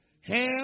Ham